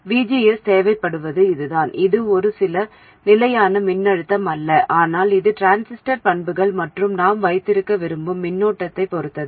VGS தேவைப்படுவது இதுதான் இது சில நிலையான மின்னழுத்தம் அல்ல ஆனால் இது டிரான்சிஸ்டர் பண்புகள் மற்றும் நாம் வைத்திருக்க விரும்பும் மின்னோட்டத்தைப் பொறுத்தது